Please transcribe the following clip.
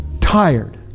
tired